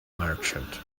merchant